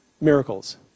miracles